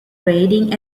raiding